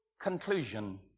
conclusion